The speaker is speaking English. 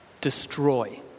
destroy